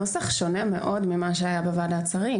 הנוסח שונה מאוד ממה שהיה בוועדת שרים,